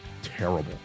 terrible